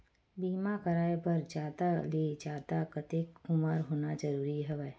बीमा कराय बर जादा ले जादा कतेक उमर होना जरूरी हवय?